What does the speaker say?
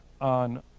on